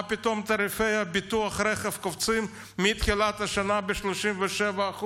מה פתאום תעריפי ביטוח הרכב קופצים מתחילת השנה ב-37%?